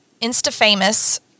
insta-famous